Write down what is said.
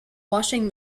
washing